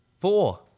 four